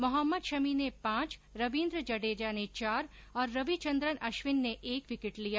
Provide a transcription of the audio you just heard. मोहम्मद शमी ने पांच रविन्द्र जडेजा ने चार और रविचन्द्रन अश्विन ने एक विकेट लिया